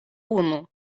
unu